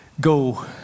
go